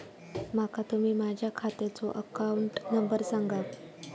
माका तुम्ही माझ्या खात्याचो अकाउंट नंबर सांगा?